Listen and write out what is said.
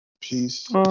peace